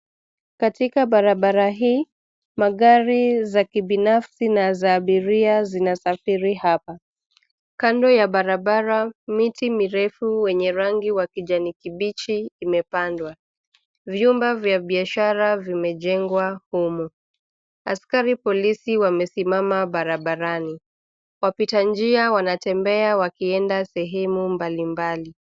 Katika barabara hii, magari za kibinafsi na za abiria zinasafiri hapa. Kando ya barabara miti mirefu wenye rangi wa kijani kibichi imepandwa. Vyumba vya bishara vimejengwa humo. Askari polisi wamesimama barabarani. Wapita njia wanatembea wakienda sehemu mbalimbali.